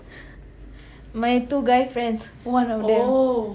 my two guy friends one of them